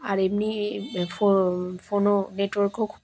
আর এমনি ফ ফোনও নেটওয়ার্কও খুব